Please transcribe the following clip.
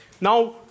Now